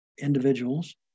individuals